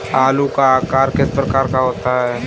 आलू का आकार किस प्रकार का होता है?